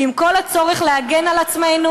ועם כל הצורך להגן על עצמנו,